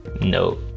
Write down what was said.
no